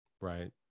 Right